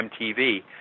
MTV